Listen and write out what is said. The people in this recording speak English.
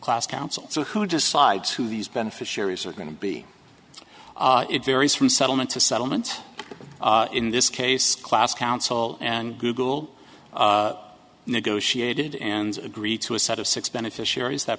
class council so who decides who these beneficiaries are going to be it varies from settlement to settlement in this case class council and google negotiated and agree to a set of six beneficiaries that